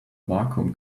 vacuum